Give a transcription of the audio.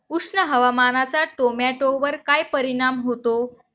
उष्ण हवामानाचा टोमॅटोवर काय परिणाम होतो?